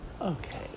Okay